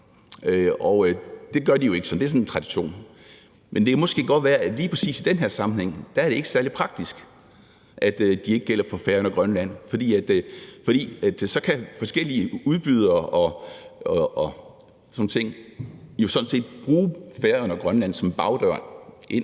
og det gør de jo ikke, så det er en tradition, men det kan måske godt være, at det lige præcis i den her sammenhæng ikke er særlig praktisk, at de ikke gælder for Færøerne og Grønland, for så kan forskellige udbydere osv. jo sådan set bruge Færøerne og Grønland som en bagdør at